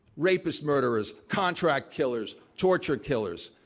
rapist murderers, contract killers, torture killers,